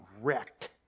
wrecked